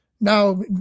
Now